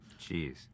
Jeez